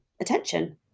attention